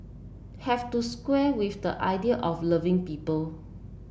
have to square with the idea of loving people